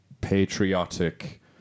patriotic